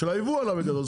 של הייבוא עלה בגדול.